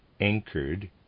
anchored